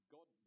God